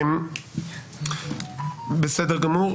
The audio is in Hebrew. כמובן,